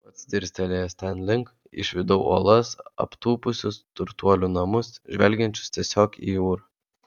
pats dirstelėjęs ten link išvydau uolas aptūpusius turtuolių namus žvelgiančius tiesiog į jūrą